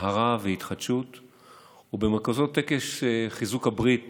טהרה והתחדשות ובמרכזו טקס חיזוק הברית